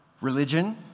religion